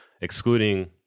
excluding